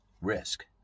Risk